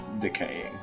decaying